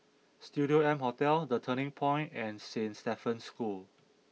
Studio M Hotel The Turning Point and Saint Stephen's School